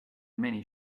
many